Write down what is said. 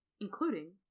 Including